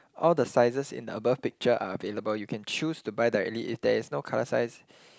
all the sizes in the above picture are available you can choose to buy directly if there is no colour size